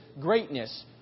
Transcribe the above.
greatness